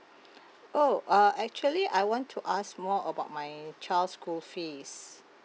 oh uh actually I want to ask more about my child's school fees